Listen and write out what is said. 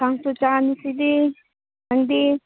ꯀꯥꯡꯁꯣꯏ ꯆꯥꯏ ꯉꯁꯤꯗꯤ ꯅꯪꯗꯤ